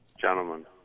Gentlemen